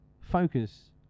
focus